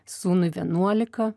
sūnui vienuolika